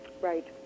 Right